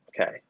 okay